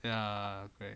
ya correct